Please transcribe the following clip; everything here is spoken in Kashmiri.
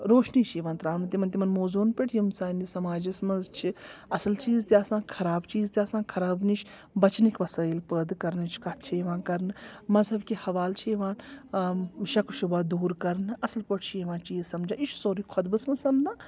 روشنی چھِ یِوان ترٛاونہٕ تِمَن تِمن موضوٗعن پٮ۪ٹھ یِم سانہِ سماجَس منٛز چھِ اَصٕل چیٖز تہِ آسان خراب چیٖز تہِ آسان خراب نِش بَچنٕکۍ وصٲیِل پٲدٕ کَرنٕچ کَتھ چھِ یِوان کَرنہٕ مذہب کہِ حوال چھِ یِوان شکہٕ شباہ دوٗر کَرنہٕ اَصٕل پٲٹھۍ چھِ یِوان چیٖز سَمجان یہِ چھُ سورُے خۄطبَس منٛز سَپدان